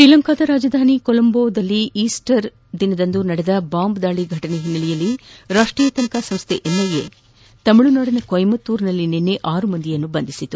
ಶ್ರೀಲಂಕಾದ ರಾಜಧಾನಿ ಕೊಲಂಬೋದಲ್ಲಿ ಈಸ್ಪರ್ ದಿನದಂದು ನಡೆದ ಬಾಂಬ್ ದಾಳಿ ಘಟನೆ ಹಿನ್ನೆಲೆಯಲ್ಲಿ ರಾಷ್ಟೀಯ ತನಿಖಾ ಸಂಸ್ದೆ ಎನ್ಐಎ ತಮಿಳುನಾದಿನ ಕೊಯಮತ್ತೂರಿನಲ್ಲಿ ನಿನ್ನೆ ಆರು ಮಂದಿಯನ್ನು ಬಂಧಿಸಿದೆ